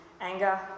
anger